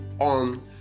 on